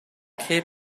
keep